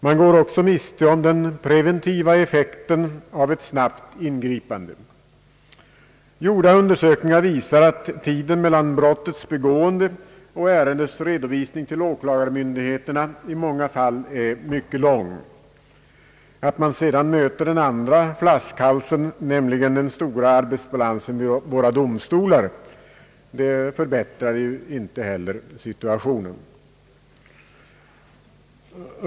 Man går också miste om den preventiva effekten av ett snabbt ingripande. Gjorda undersökningar visar att tiden mellan brottets begående och ärendets redovisning till åklagarmyndighet i många fall är mycket lång. Det förhållandet att man sedan också möter en andra flaskhals, nämligen den stora arbetsbalansen vid våra domstolar, förbättrar inte situationen.